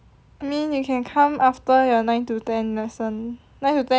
I mean you can come after your nine to ten lesson nine to ten